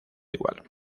igual